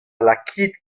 lakait